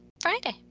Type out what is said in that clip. friday